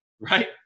right